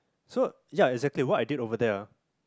so yeah exactly what I did over there